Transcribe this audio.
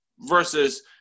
versus